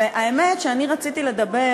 האמת, אני רציתי לדבר